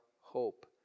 hope